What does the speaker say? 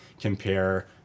compare